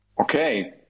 Okay